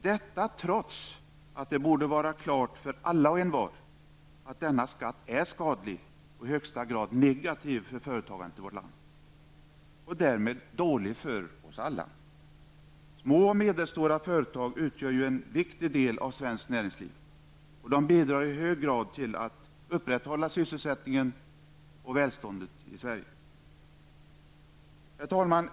Detta trots att det borde vara klart för alla och envar att denna skatt är skadlig och i högsta grad negativ för företagandet i vårt land och därmed dålig för oss alla. Små och medelstora företag utgör en viktig del av svenskt näringsliv, och de bidrar i hög grad till att upprätthålla sysselsättning och välstånd i Herr talman!